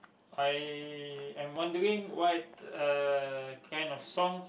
I am wondering what uh kind of songs